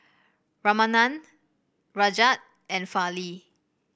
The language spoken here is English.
Ramanand Rajat and Fali